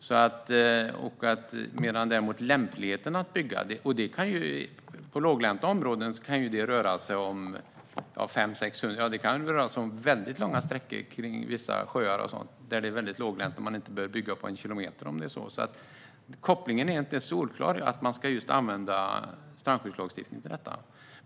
När det däremot gäller lämpligheten i att bygga kan det ju i låglänta områden röra sig om väldigt långa sträckor kring vissa sjöar. Där det är väldigt låglänt kan man behöva låta bli att bygga inom en kilometer. Kopplingen är alltså inte solklar i att man ska använda strandskyddslagstiftningen till detta.